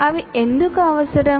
అవి ఎందుకు అవసరం